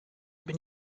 bin